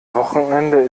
wochenende